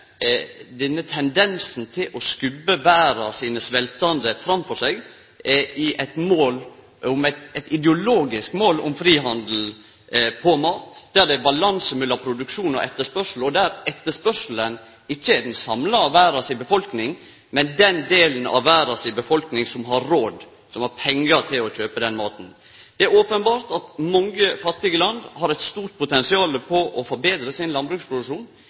denne tendensen til å skubbe verdas sveltande framfor seg i eit ideologisk mål om frihandel med mat, der det er balanse mellom produksjon og etterspørsel, og der etterspørselen ikkje kjem frå verdas befolkning samla, men frå den delen av verdas befolkning som har råd, som har pengar til å kjøpe denne maten. Det er openbert at mange fattige land har eit stort potensial for å forbetre sin